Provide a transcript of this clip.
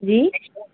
جی